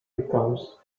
becomes